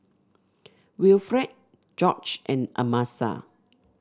Wilfred George and Amasa